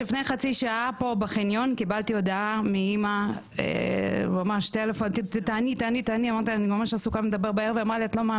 לפני חצי שעה קיבלתי הודעה מאימא "את לא מאמינה,